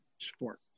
sport